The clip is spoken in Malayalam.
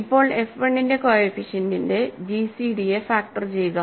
ഇപ്പോൾ f 1 ന്റെ കോഎഫിഷ്യന്റിന്റെ gcdയെ ഫാക്ടർ ചെയ്യുക